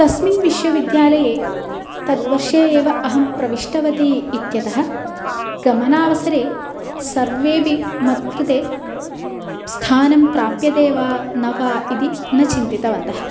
तस्मिन् विश्वविद्यालये तद्वर्षे एव अहं प्रविष्टवती इत्यतः गमनावसरे सर्वेऽपि मत्कृते स्थानं प्राप्यते वा न वा इति न चिन्तितवन्तः